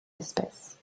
espèce